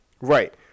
Right